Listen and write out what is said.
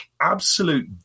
absolute